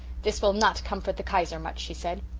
this will not comfort the kaiser much she said.